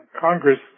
Congress